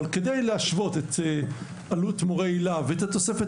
אבל כדי להשוות את עלות מורי היל"ה ואת התוספת